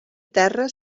terra